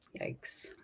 yikes